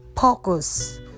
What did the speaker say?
focus